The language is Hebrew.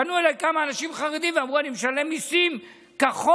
פנו אליי כמה אנשים חרדים ואמרו: אני משלם מיסים כחוק,